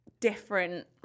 Different